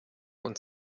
und